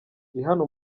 ihana